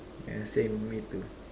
yeah same me too